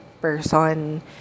person